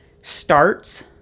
starts